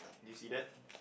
do you see that